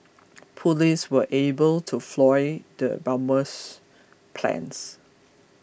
police were able to foil the bomber's plans